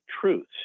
truths